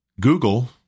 Google